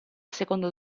secondo